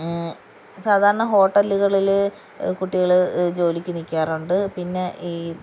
സാധാരണ ഹോട്ടല്കളിൽ കുട്ടികൾ ജോലിക്ക് നിൽക്കാറുണ്ട് പിന്നെ ഈ